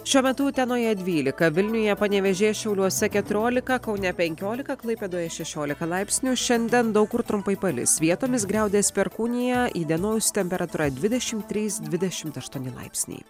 šiuo metu utenoje dvylika vilniuje panevėžyje šiauliuose keturiolika kaune penkiolika klaipėdoje šešiolika laipsnių šiandien daug kur trumpai palis vietomis griaudės perkūnija įdienojus temperatūra dvidešimt trys dvidešimt aštuoni laipsniai